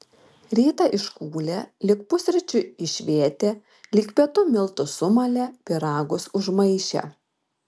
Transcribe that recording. rytą iškūlė lig pusryčių išvėtė lig pietų miltus sumalė pyragus užmaišė